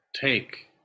take